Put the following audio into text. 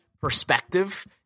perspective